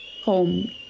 Home